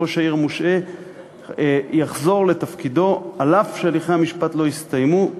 ראש העיר המושעה יחזור לתפקידו אף שהליכי המשפט לא הסתיימו.